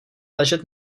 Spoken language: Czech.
ležet